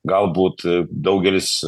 galbūt daugelis